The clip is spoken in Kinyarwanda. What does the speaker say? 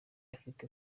afite